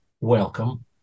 welcome